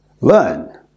Learn